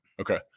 Okay